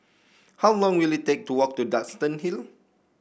how long will it take to walk to Duxton Hill